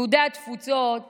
יהודי התפוצות